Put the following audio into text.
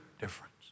difference